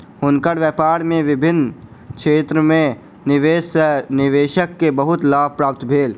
हुनकर व्यापार में विभिन्न क्षेत्र में निवेश सॅ निवेशक के बहुत लाभ प्राप्त भेल